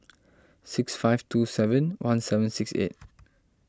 six five two seven one seven six eight